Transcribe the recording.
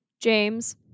James